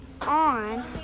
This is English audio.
on